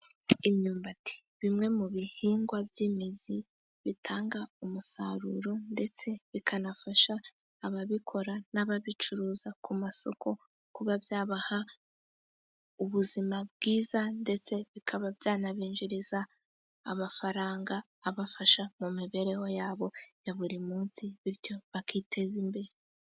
Imyumbati bimwe mu bihingwa by'imizi bitanga umusaruro, ndetse bikanafasha ababikora n'ababicuruza ku masoko, kuba byabaha ubuzima bwiza ndetse bikaba byanabinjiriza amafaranga abafasha mu mibereho yabo ya buri munsi bityo bakiteza imbere.